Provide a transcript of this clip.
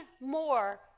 more